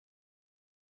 k let me see